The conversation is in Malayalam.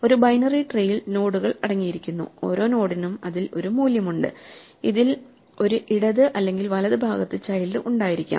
ഒരു ബൈനറി ട്രീയിൽ നോഡുകൾ അടങ്ങിയിരിക്കുന്നു ഓരോ നോഡിനും അതിൽ ഒരു മൂല്യമുണ്ട് അതിൽ ഒരു ഇടത് അല്ലെങ്കിൽ വലത് ഭാഗത്ത് ചൈൽഡ് ഉണ്ടായിരിക്കാം